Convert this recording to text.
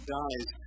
dies